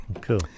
Cool